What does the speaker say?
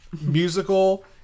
musical